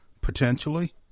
potentially